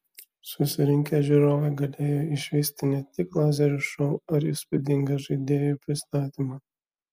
susirinkę žiūrovai galėjo išvysti ne tik lazerių šou ar įspūdingą žaidėjų pristatymą